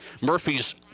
Murphy's